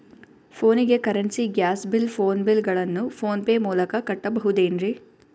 ಫೋನಿಗೆ currency, gas bill, phone bill ಗಳನ್ನು PhonePe ಮೂಲಕ ಕಟ್ಟಬಹುದೇನ್ರಿ?